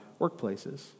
workplaces